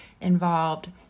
involved